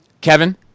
Kevin